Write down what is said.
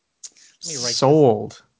Sold